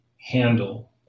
handle